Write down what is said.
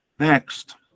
next